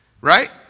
Right